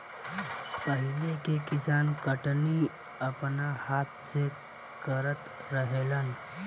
पहिले के किसान कटनी अपना हाथ से करत रहलेन